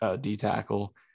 D-tackle